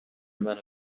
منو